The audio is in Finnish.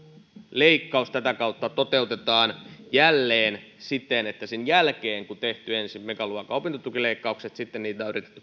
leikkaus tätä kautta toteutetaan jälleen siten että sen jälkeen kun ensin on tehty megaluokan opintotukileikkaukset niitä on yritetty